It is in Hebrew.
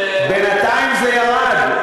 בינתיים זה ירד,